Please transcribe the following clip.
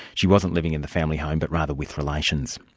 she wasn't living in the family home but rather with relations.